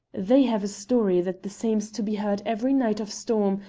they have a story that the same's to be heard every night of storm,